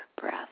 breath